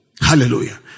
Hallelujah